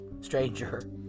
Stranger